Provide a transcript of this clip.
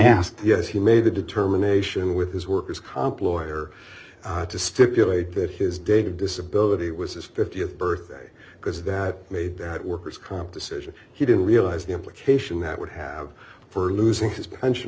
asked yes he made a determination with his worker's comp lawyer to stipulate that his data disability was his th birthday because that made that worker's comp decision he didn't realize the implication that would have for losing his pension